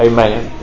Amen